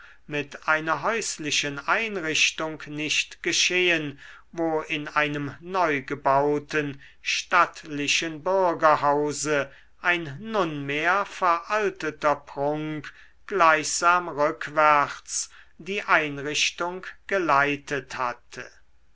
mit einer häuslichen einrichtung nicht geschehen wo in einem neugebauten stattlichen bürgerhause ein nunmehr veralteter prunk gleichsam rückwärts die einrichtung geleitet hatte